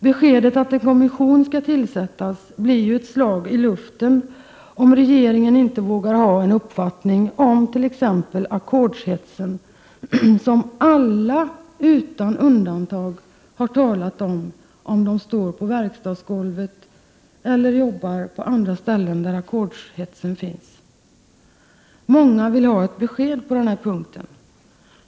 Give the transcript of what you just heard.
Beskedet att en kommission skall tillsättas blir ett slag i luften, om regeringen inte vågar ha en uppfattning om t.ex. ackordshetsen, som alla utan undantag talar om, om de står på verkstadsgolvet eller jobbar någon annanstans där man har ackord. Många vill ha besked på denna punkt.